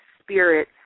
spirit